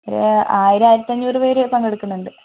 ആയിരം ആയിരത്തഞ്ഞൂറ് പേര് പങ്കെടുക്കുന്നുണ്ട്